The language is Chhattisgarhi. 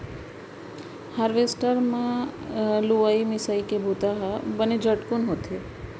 हारवेस्टर म लुवई मिंसइ के बुंता ह बने झटकुन होथे